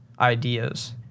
ideas